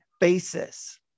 basis